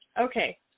Okay